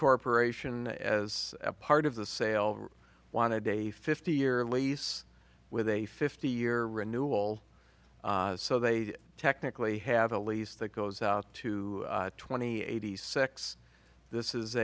corporation as part of the sale wanted a fifty year lease with a fifty year renewal so they technically have a lease that goes out to twenty eighty six this is